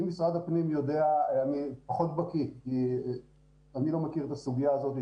אני פחות בקי ולא מכיר את הסוגיה הזאת,